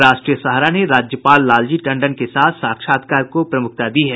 राष्ट्रीय सहारा ने राज्यपाल लालजी टंडन के साथ साक्षात्कार को प्रमुखता दी है